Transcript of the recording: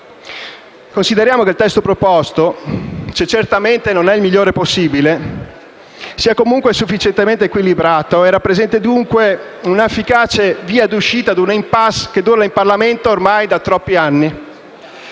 Consideriamo inoltre che il testo proposto, che certamente non è il migliore possibile, sia comunque sufficientemente equilibrato e rappresenti dunque, un'efficace via d'uscita ad una *impasse* che dura in Parlamento ormai da troppi anni.